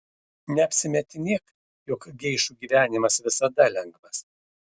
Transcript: neapsimetinėk jog geišų gyvenimas visada lengvas